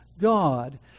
God